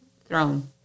throne